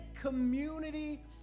community